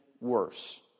worse